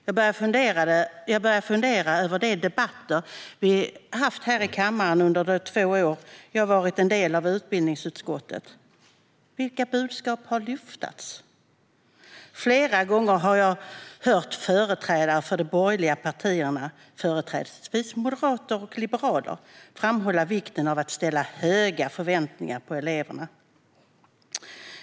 Jag började fundera över de debatter som vi haft här i kammaren under de två år som jag varit en del av utbildningsutskottet. Vilka budskap har dryftats? Flera gånger har jag hört företrädare för de borgerliga partierna, företrädesvis moderater och liberaler, framhålla vikten av att ha höga förväntningar på eleverna.